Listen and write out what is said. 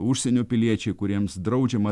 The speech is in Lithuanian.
užsienio piliečiai kuriems draudžiama